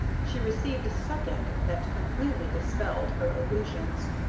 she received a second that completely dispelled her illusions,